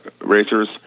racers